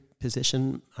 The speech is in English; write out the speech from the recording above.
position